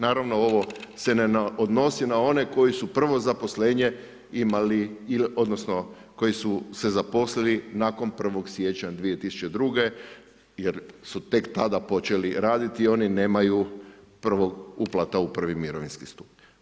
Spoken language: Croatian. Naravno ovo se ne odnosi na one koji su prvo zaposlenje imali odnosno koji su se zaposlili nakon 1. siječnja 2002. jer su tek tada počeli raditi, oni nemaju uplata u prvi mirovinski stup.